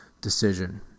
decision